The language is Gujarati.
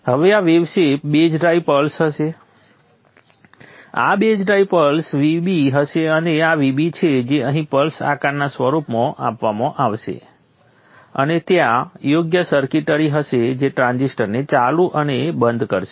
હવે આ wave shape base drive pulse હશે આ બેઝ ડ્રાઇવ પલ્સ Vb હશે અને આ Vb છે જે અહીં પલ્સ આકારના સ્વરૂપમાં આપવામાં આવશે અને ત્યાં યોગ્ય સર્કિટરી હશે જે ટ્રાન્ઝિસ્ટરને ચાલુ અને બંધ કરશે